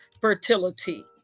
fertility